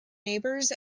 neighbors